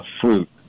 fruit